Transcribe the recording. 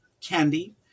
candy